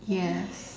yes